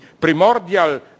primordial